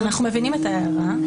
אנחנו מבינים את ההערה.